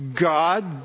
God